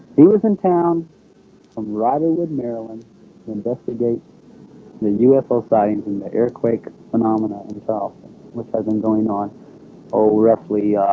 he was in town from riderwood, maryland to investigate the ufo sightings and the airquake phenomena in charleston so which had been going on roughly